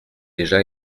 déjà